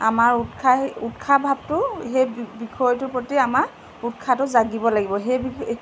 আমাৰ উৎসাহ উৎসাহ ভাবটো সেই বিষয়টো প্ৰতি আমাৰ উৎসাহটো জাগিব লাগিব সেই বিষয়